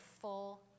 full